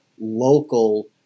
local